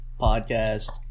podcast